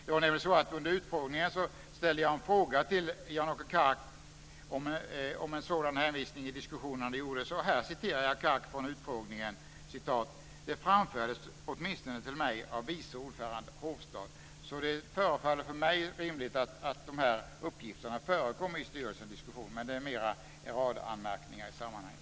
Det var nämligen så att jag vid utfrågningen ställde en fråga till Jan-Åke Kark om en sådan hänvisning i diskussionerna gjordes. Här citerar jag Kark från utfrågningen. Han sade: "Det framfördes åtminstone till mig av vice ordförande Hofstad". Det förefaller för mig rimligt att dessa uppgifter förekom i styrelsediskussionen, men det är mer en radanmärkning i sammanhanget.